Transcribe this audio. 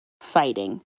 fighting